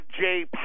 Jay